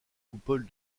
coupole